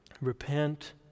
repent